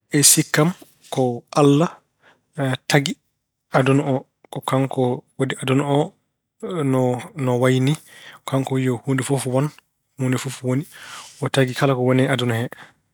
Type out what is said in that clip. E sikke am, ko Allah tagi aduna oo. Ko kanko waɗi aduna oo no wayi nii. Kanko wiy yo huunde fof won, huunde fof woni. O tagi kala ko woni e aduna.